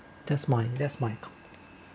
that's my that's my come